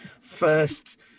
first